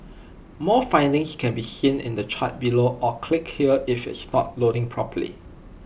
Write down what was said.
more findings can be seen in the chart below or click here if it's not loading properly